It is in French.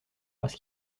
parce